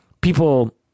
people